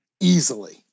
easily